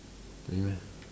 really meh